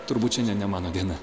turbūt šiandien ne mano diena